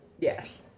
Yes